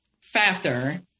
factor